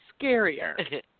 scarier